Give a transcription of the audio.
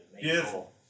Beautiful